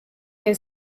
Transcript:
que